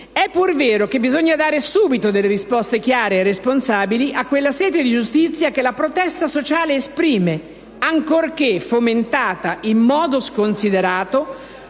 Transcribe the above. è pur vero che bisogna dare subito delle risposte chiare e responsabili alla sete di giustizia che la protesta sociale esprime ancorché fomentata in modo sconsiderato